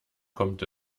kommt